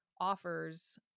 offers